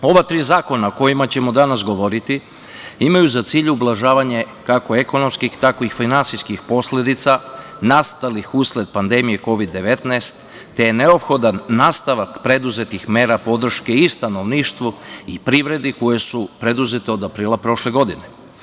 Ova tri zakona o kojim ćemo danas govoriti imaju za cilj ublažavanje kako ekonomskih, tako i finansijskih posledica nastalih usled pandemije Kovid-19, te je neophodan nastavak preduzetih mera podrške i stanovništu i privredi koje su preduzete od aprila prošle godine.